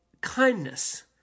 kindness